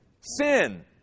sin